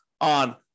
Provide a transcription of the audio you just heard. on